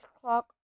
clock